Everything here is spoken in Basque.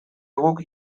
guk